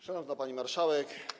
Szanowna Pani Marszałek!